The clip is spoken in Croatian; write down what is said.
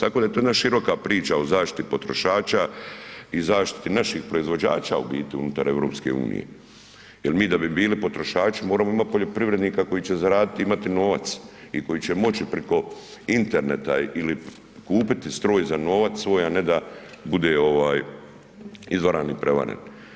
Tako da je to jedna široka priča o zaštiti potrošača i zaštiti naših proizvođača u biti unutar EU, jel mi da bi bili potrošači moramo imati poljoprivrednika koji će zaraditi i imati novac i koji će moći preko interneta ili kupiti stroj za novac svoj, a ne da bude izvaran i prevaren.